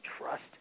trust